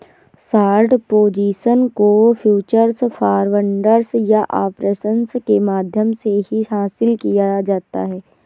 short position को futures, forwards या options के माध्यम से भी हासिल किया जाता है